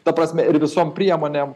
ta prasme ir visom priemonėm